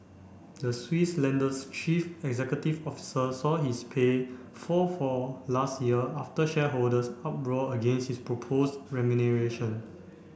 the Swiss lender's chief executive officer saw his pay fall for last year after shareholders uproar against his propose remuneration